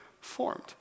formed